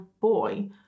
boy